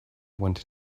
wanted